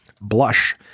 Blush